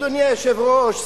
אדוני היושב-ראש,